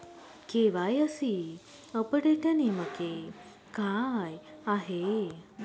KYC update नेमके काय आहे?